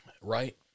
right